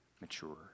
mature